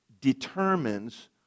determines